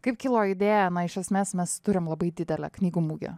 kaip kilo idėja iš esmės mes turim labai didelę knygų mugę